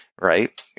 right